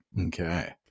Okay